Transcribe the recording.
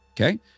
Okay